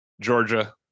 georgia